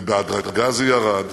ובהדרגה זה ירד.